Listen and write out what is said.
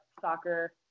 soccer